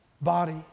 body